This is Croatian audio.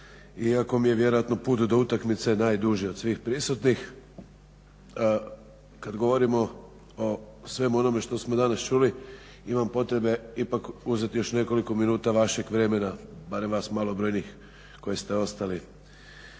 iako mi vjerojatno put do utakmice najduži od svih prisutnih, kad govorimo o svemu onome što smo danas čuli imam potrebe ipak uzeti još nekoliko minuta vašeg vremena, barem vas malobrojnih koji ste ostali